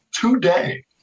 Today